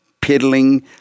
piddling